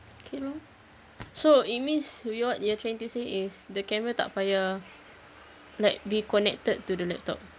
okay lor so it means you what you're trying to say is the camera tak payah like be connected to the laptop